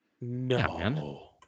No